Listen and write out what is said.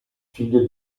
figlio